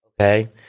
Okay